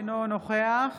אינו נוכח